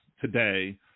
today